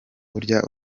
burya